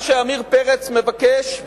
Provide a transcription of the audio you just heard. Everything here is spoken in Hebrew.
מה שעמיר פרץ מבקש,